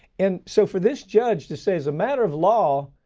and so for this judge to say as a matter of law,